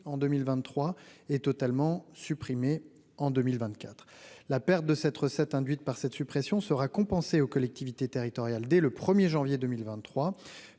en 2023 et totalement supprimé en 2024 la perte de cette recettes induites par cette suppression sera compensée aux collectivités territoriales, dès le 1er janvier 2023